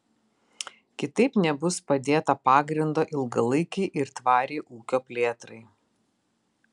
kitaip nebus padėta pagrindo ilgalaikei ir tvariai ūkio plėtrai